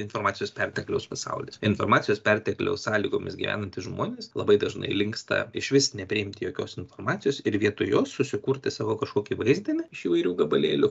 informacijos pertekliaus pasaulis informacijos pertekliaus sąlygomis gyvenantys žmonės labai dažnai linksta išvis nepriimti jokios informacijos ir vietoj jos susikurti savo kažkokį vaizdinį iš įvairių gabalėlių